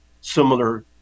similar